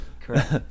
correct